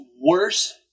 worse